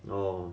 oh